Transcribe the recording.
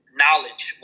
knowledge